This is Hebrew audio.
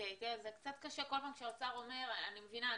אני מבינה.